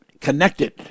connected